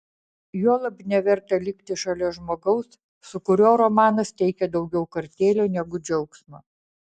juolab neverta likti šalia žmogaus su kuriuo romanas teikia daugiau kartėlio negu džiaugsmo